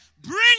bring